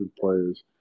players